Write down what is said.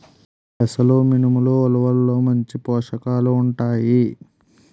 పెసలు మినుములు ఉలవల్లో మంచి పోషకాలు ఉంటాయి